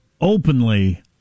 openly